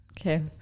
Okay